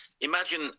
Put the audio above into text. Imagine